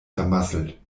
vermasselt